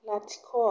लाथिख'